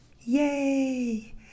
yay